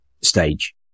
stage